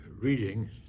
reading